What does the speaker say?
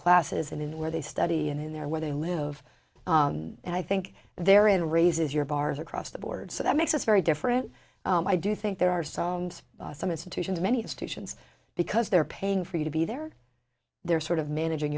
classes and in where they study in there where they live and i think they're in raises your bars across the board so that makes us very different i do think there are some some institutions many institutions because they're paying for you to be there they're sort of managing